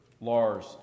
Lars